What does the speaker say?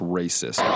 racist